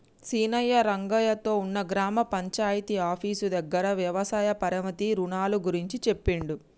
సీనయ్య రంగయ్య తో ఉన్న గ్రామ పంచాయితీ ఆఫీసు దగ్గర వ్యవసాయ పరపతి రుణాల గురించి చెప్పిండు